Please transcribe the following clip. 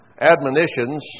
admonitions